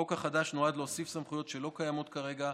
החוק החדש נועד להוסיף סמכויות שלא קיימות כרגע,